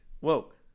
Woke